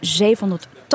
700